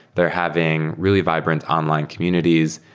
they're having really vibrant online communities.